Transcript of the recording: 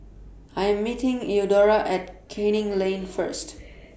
I Am meeting Eudora At Canning Lane First